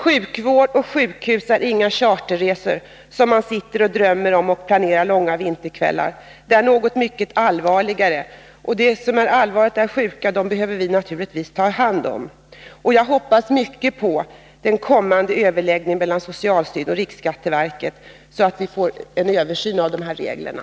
Sjukvård och sjukhus är inga charterresor som man sitter och drömmer om och planerar långa vinterkvällar, det är något mycket allvarligare. Och de som är allvarligt sjuka måste vi naturligtvis ta hand om. Jag hoppas mycket på den kommande överläggningen mellan socialstyrelsen och riksskatteverket, så att vi får en översyn av de här reglerna.